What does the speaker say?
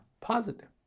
positive